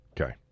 Okay